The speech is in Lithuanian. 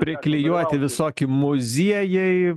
priklijuoti visoki muziejai